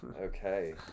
Okay